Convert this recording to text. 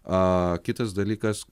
a kitas dalykas